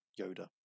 Yoda